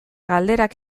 galderak